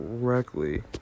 correctly